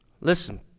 Listen